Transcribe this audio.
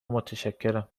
متشکرم